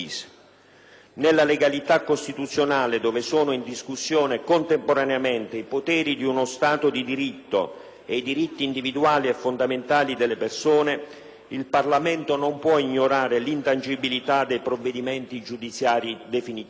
Nella legalità costituzionale, dove sono in discussione contemporaneamente i poteri di uno Stato di diritto e i diritti individuali e fondamentali delle persone, il Parlamento non può ignorare l'intangibilità dei provvedimenti giudiziari definitivi.